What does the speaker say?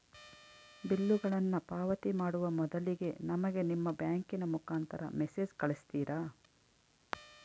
ಬಿಲ್ಲುಗಳನ್ನ ಪಾವತಿ ಮಾಡುವ ಮೊದಲಿಗೆ ನಮಗೆ ನಿಮ್ಮ ಬ್ಯಾಂಕಿನ ಮುಖಾಂತರ ಮೆಸೇಜ್ ಕಳಿಸ್ತಿರಾ?